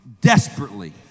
desperately